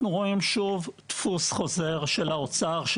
אנחנו רואים שוב דפוס חוזר של האוצר,